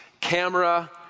camera